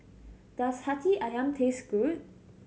does Hati Ayam taste good